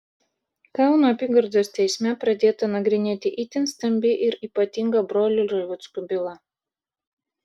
kauno apygardos teisme pradėta nagrinėti itin stambi ir ypatinga brolių revuckų byla